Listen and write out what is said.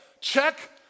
check